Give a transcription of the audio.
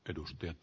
edustajat